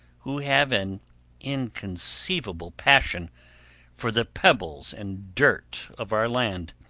who have an inconceivable passion for the pebbles and dirt of our land,